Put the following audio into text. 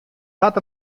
hat